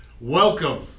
welcome